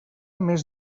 més